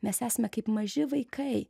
mes esame kaip maži vaikai